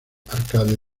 arcade